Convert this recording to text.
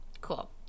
Cool